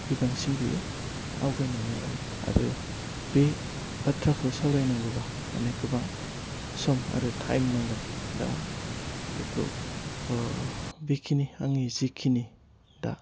बि बांसिन बियो आवगायनानै लाङो आरो बे बाथ्राखौ सावरायनांगौबा माने गोबां सम आरो टाइम नांगोन दा बिखौ बेखिनि आंनि जेखिनि दा